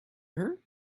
her